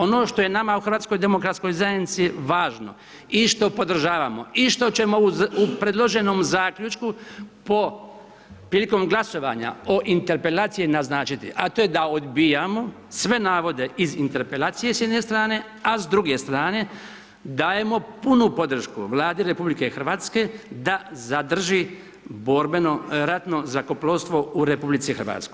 Ono što je nama u HDZ-u važno i što podržavamo i što ćemo u predloženom zaključku po, prilikom glasovanja o interpelaciji naznačiti, a to je da odbijamo sve navode iz interpelacije s jedne strane, a s druge strane dajemo punu podršku Vladi RH da zadrži borbeno ratno zrakoplovstvo u RH.